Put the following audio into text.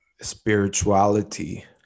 spirituality